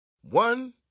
One